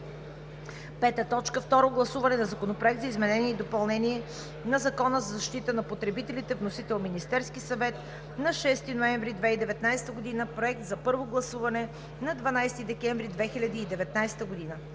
2019 г. 5. Второ гласуване на Законопроекта за изменение и допълнение на Закона за защита на потребителите. Вносител – Министерският съвет, 6 ноември 2019 г. Приет на първо гласуване на 12 декември 2019 г.